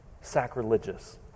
sacrilegious